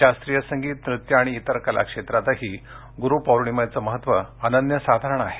शास्त्रीय संगीत नृत्य आणि इतर कला क्षेत्रातही ग्रुपौर्णिमेचं महत्त्व अनन्यसाधारण आहे